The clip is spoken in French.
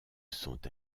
sont